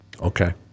Okay